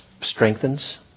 strengthens